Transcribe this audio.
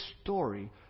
story